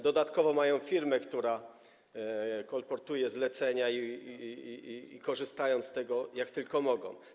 Dodatkowo mają firmę, która kolportuje zlecenia, i korzystają z tego, jak tylko mogą.